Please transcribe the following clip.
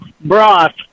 broth